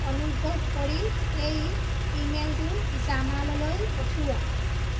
অনুগ্ৰহ কৰি সেই ইমেইলটো জামাললৈ পঠিওৱা